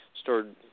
stored